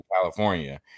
California